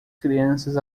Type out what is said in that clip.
crianças